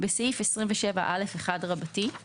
אתן למיכל הפוגה לקול,